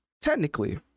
technically